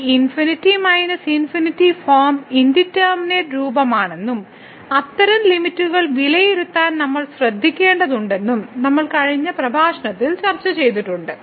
ഈ ∞∞ form indeterminate രൂപമാണെന്നും അത്തരം ലിമിറ്റ്കൾ വിലയിരുത്താൻ നമ്മൾ ശ്രദ്ധിക്കേണ്ടതുണ്ടെന്നും നമ്മൾ കഴിഞ്ഞ പ്രഭാഷണത്തിൽ ചർച്ചചെയ്തിട്ടുണ്ട്